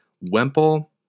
Wemple